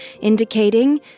indicating